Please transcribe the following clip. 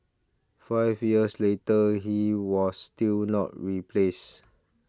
five years later he was still not replaced